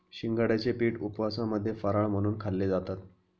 शिंगाड्याचे पीठ उपवासामध्ये फराळ म्हणून खाल्ले जातात